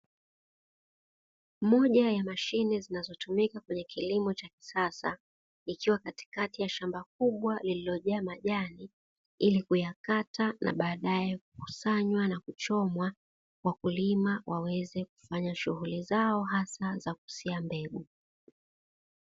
Moja ya mashine zinazotumika kwenye kilimo cha kisasa, ikiwa Katikati ya shamba kubwa lililojaa majani ili kuyakata na baadae kukusanywa na kuchomwa, wakulima waweze kufanya shughuli zao hasa za kusia mbegu.